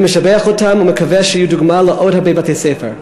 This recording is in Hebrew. אני משבח אותם ומקווה שיהיו דוגמה לעוד הרבה בתי-ספר.